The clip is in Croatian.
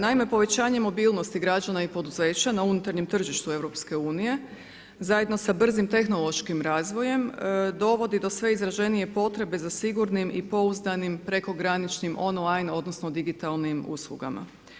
Naime, povećanjem mobilnosti građana i poduzeća na unutarnjem tržištu EU-a, zajedno sa brzim tehnološkim razvojem, dovodi do sve izraženije potrebe za sigurnim i pouzdanim prekograničnim online, odnosno digitalnim uslugama.